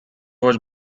was